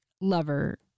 lover